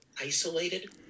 isolated